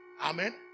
Amen